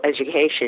education